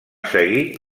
seguir